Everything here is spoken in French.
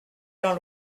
jean